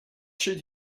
should